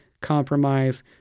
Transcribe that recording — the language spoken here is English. compromise